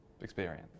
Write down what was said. Experience